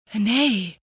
Nay